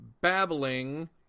Babbling